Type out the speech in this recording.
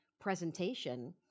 presentation